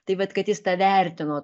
tai vat kad jis tą vertino